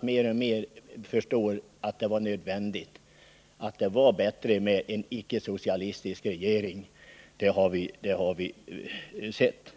mer och mer förstår att det var nödvändigt — att det var bättre med en icke-socialistisk regering. Det har vi sett.